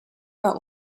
war